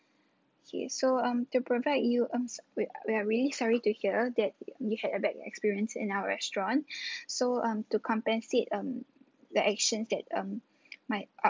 okay so um to provide you um s~ wait we are really sorry to hear that you had a bad experience in our restaurant so um to compensate um the actions that um my